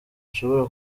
ashobora